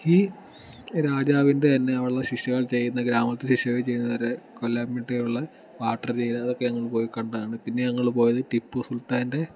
ഈ രാജാവിൻ്റെ തന്നെ ശിഷ്യകൾ ചെയ്യുന്ന ഗ്രാമത്ത് ശിഷ്യകൾ വാട്ടർ വേയിൽ അതൊക്കെ പോയി കണ്ടതാണ് പിന്നെ ഞങ്ങൾ പോയത് ടിപ്പു സുൽത്താൻ്റെ